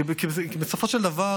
בסופו של דבר,